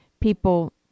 people